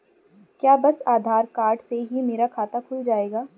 क्या बस आधार कार्ड से ही मेरा खाता खुल जाएगा?